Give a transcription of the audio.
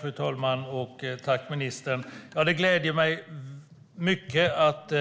Fru talman! Det gläder mig mycket att